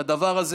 את הדבר הזה,